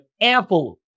ample